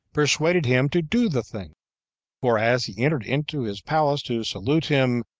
persuaded him to do the thing for as he entered into his palace to salute him,